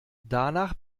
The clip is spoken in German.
danach